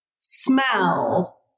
smell